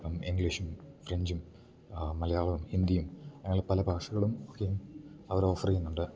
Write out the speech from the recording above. ഇപ്പം ഇങ്ക്ളീഷും ഫ്രെഞ്ചും മലയാളോം ഹിന്ദിയും അങ്ങനെ പല ഭാഷകളും ഒക്കെയും അവരോഫറേയ്ന്നൊണ്ട്